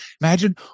Imagine